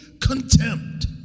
contempt